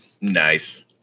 nice